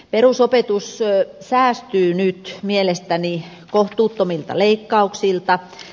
perusopetus säästyy nyt mielestäni kohtuuttomilta leikkauksilta